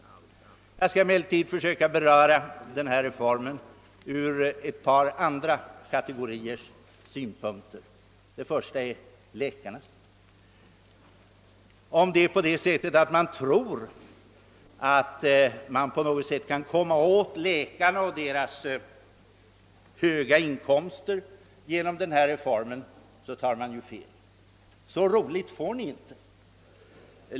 Jag skall emellertid försöka beröra denna reform ur ett par andra kategoriers synpunkter. Den första är läkarnas. Om man tror, att man på något sätt kan komma åt läkarna och deras höga inkomster genom denna reform tar man ju fel. Så roligt får ni inte.